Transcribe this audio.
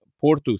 Porto